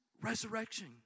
resurrection